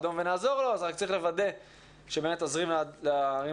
אדום ונעזור לו רק צריך לוודא שעוזרים לערים